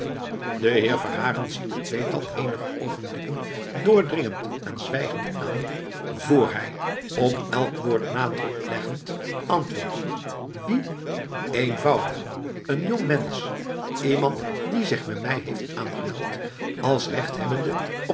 de heer verhagen ziet het tweetal eenige oogenblikken doordringend en zwijgend aan vr hij op elk woord nadruk leggend antwoordt wie eenvoudig een jongmensch iemand die zich bij mij heeft aangemeld als rechthebbende